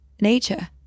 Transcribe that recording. nature